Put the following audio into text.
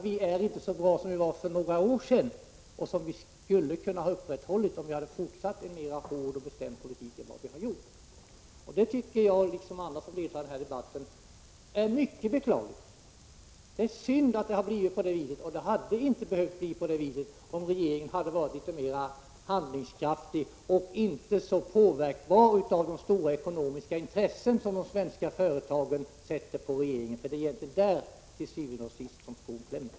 Vi är ju inte så bra som vi var för några år sedan och som vi skulle kunna vara om vi hade fortsatt att driva en hårdare och mer bestämd Politik än vi har gjort. Det tycker jag, liksom andra som deltar i denna debatt, är mycket beklagligt. Dét är synd att det har blivit på detta sätt. Det hade inte behövt bli så om regeringen hade varit mer handlingskraftig och inte så påverkbar av de stora ekonomiska intressen som de svenska företagen för fram som argument till regeringen. Det är til syvende og sidst där som skon klämmer.